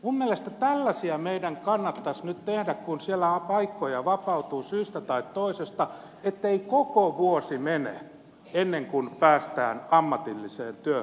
minun mielestä tällaisia meidän kannattaisi nyt tehdä kun siellä paikkoja vapautuu syystä tai toisesta ettei koko vuosi mene ennen kuin päästään ammatilliseen työhön ja koulutukseen